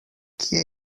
kje